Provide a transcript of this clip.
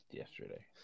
yesterday